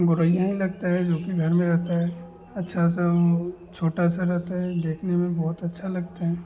गौरैया ही लगता है जो कि घर में रहता है अच्छा सा वह छोटा सा रहता है देखने में बहुत अच्छा लगता है